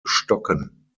stocken